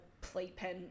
playpen